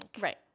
Right